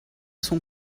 son